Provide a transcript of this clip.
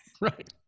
Right